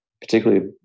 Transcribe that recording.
particularly